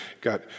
got